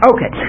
Okay